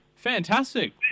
Fantastic